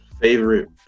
Favorite